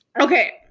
okay